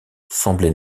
semblait